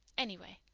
anyway,